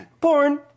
porn